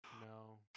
No